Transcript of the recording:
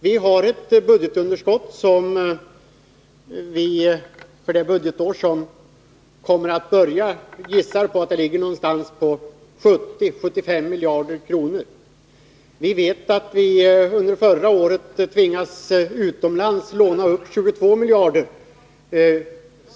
Vi har ett budgetunderskott för det budgetår som snart börjar som, gissar jag, ligger någonstans på 70-75 miljarder kronor. Under förra året tvingades vi utomlands låna upp 22 miljarder.